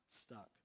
stuck